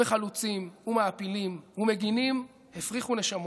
וחלוצים, מעפילים ומגינים הפריחו נשמות,